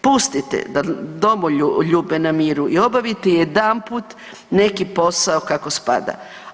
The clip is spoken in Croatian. Pustite domoljube na miru i obavite jedanput neki posao kako spada.